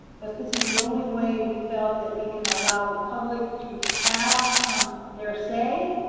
but this is the only way we felt that we can allow the public to have their say,